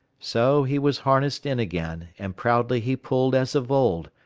so he was harnessed in again, and proudly he pulled as of old,